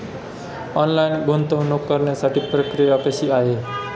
Online गुंतवणूक करण्यासाठी प्रक्रिया कशी आहे?